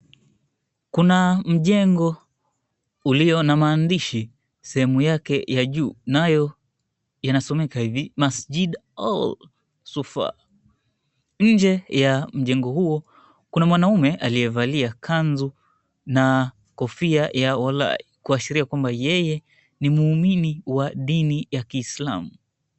Kuna mjengo ulio na maandishi sehemu yake ya juu nayo yanasomeka hivi Masjid Al Sufar. Nje ya mjengo huo kuna mwanaume aliyevalia kazu na kofia ya walai kuashiria kwamba yeye ni mhumini wa dini ya Kiislamu.